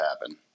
happen